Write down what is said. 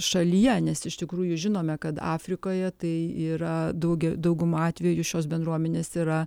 šalyje nes iš tikrųjų žinome kad afrikoje tai yra dauge dauguma atvejų šios bendruomenės yra